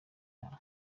aha